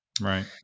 Right